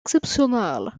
exceptionnels